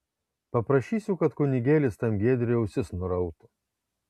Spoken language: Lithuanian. paprašysiu kad kunigėlis tam giedriui ausis nurautų